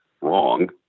wrong